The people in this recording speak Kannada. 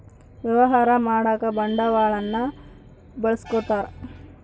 ವ್ಯವಹಾರ ಮಾಡಕ ಬಂಡವಾಳನ್ನ ಬಳಸ್ಕೊತಾರ